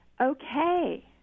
Okay